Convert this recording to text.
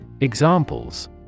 Examples